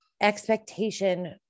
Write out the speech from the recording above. expectation